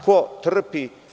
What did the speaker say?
Ko trpi?